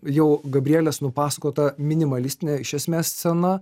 jau gabrielės nupasakota minimalistinė iš esmės scena